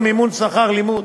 כגון מימון שכר לימוד,